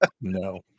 no